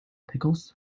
pickles